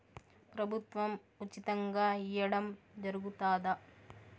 ప్రభుత్వం ఉచితంగా ఇయ్యడం జరుగుతాదా?